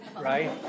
Right